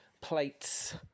plates